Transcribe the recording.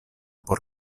por